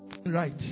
Right